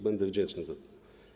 Będę wdzięczny za to.